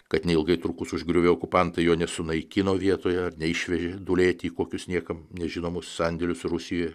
kad neilgai trukus užgriuvę okupantai jo nesunaikino vietoje ar neišvežė dūlėti į kokius niekam nežinomus sandėlius rusijoje